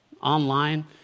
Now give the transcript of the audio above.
Online